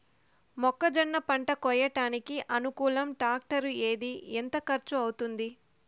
మొక్కజొన్న పంట కోయడానికి అనుకూలం టాక్టర్ ఏది? ఎంత ఖర్చు అవుతుంది?